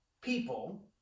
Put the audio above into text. people